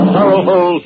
Powerful